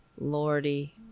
Lordy